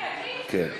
מי, אני?